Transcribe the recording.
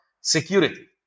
security